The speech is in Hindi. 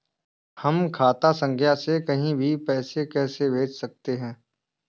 हम खाता संख्या से कहीं भी पैसे कैसे भेज सकते हैं?